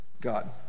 God